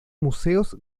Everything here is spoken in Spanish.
museos